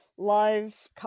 live